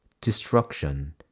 destruction